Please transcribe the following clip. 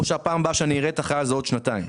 או שהפעם הבאה שתבוא זה בעוד שנתיים.